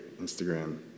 Instagram